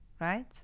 Right